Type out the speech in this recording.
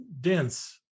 dense